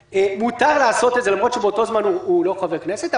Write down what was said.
מותר לעשות את זה למרות שבאותו זמן הוא לא חבר כנסת.